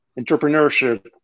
entrepreneurship